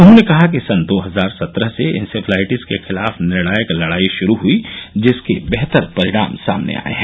उन्होने कहा कि सन दो हजार सत्रह से इंसेफेलाइटिस के खिलाफ निर्णायक लड़ाई शुरू ह्यी जिसके बेहतर परिणाम सामने आये हैं